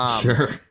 Sure